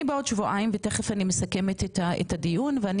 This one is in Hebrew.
תיכף אני מסכמת את הדיון,